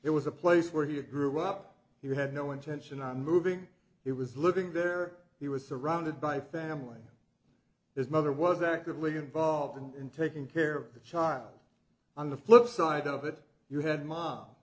it was a place where he had grew up he had no intention of moving it was living there he was surrounded by family his mother was actively involved in taking care of the child on the flip side of it you had mom